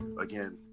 Again